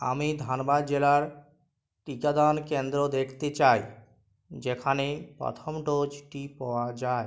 আমি ধানবাদ জেলার টিকাদান কেন্দ্র দেখতে চাই যেখানে প্রথম ডোজটি পাওয়া যায়